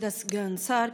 כבוד סגן השר,